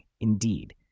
indeed